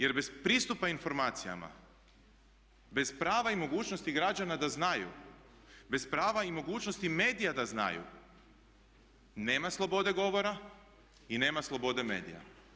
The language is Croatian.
Jer bez pristupa informacijama, bez prava i mogućnosti građana da znaju, bez prava i mogućnosti medija da znaju nema slobode govora i nema slobode medija.